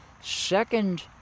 second